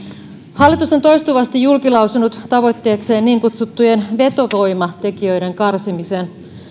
hallitus on toistuvasti julkilausunut tavoitteekseen niin kutsuttujen vetovoimatekijöiden karsimisen